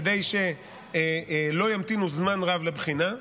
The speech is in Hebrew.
כדי שלא ימתינו זמן רב לבחינה.